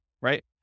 right